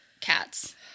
cats